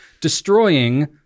destroying